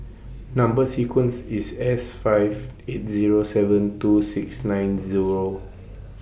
Number sequence IS S five eight Zero seven two six nine Zero